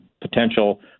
potential